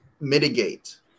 mitigate